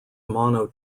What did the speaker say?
mono